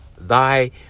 thy